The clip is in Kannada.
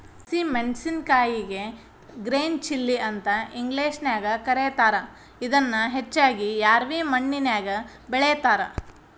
ಹಸಿ ಮೆನ್ಸಸಿನಕಾಯಿಗೆ ಗ್ರೇನ್ ಚಿಲ್ಲಿ ಅಂತ ಇಂಗ್ಲೇಷನ್ಯಾಗ ಕರೇತಾರ, ಇದನ್ನ ಹೆಚ್ಚಾಗಿ ರ್ಯಾವಿ ಮಣ್ಣಿನ್ಯಾಗ ಬೆಳೇತಾರ